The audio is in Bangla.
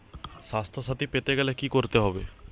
স্বাস্থসাথী পেতে গেলে কি করতে হবে?